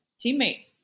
teammate